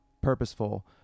purposeful